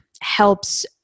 helps